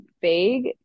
vague